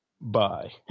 Bye